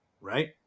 right